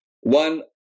One